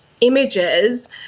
images